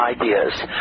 ideas